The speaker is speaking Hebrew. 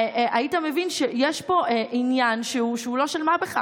היית מבין שיש פה עניין שהוא לא של מה בכך.